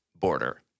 border